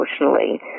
emotionally